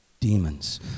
demons